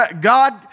God